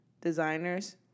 Designers